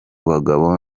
bagabo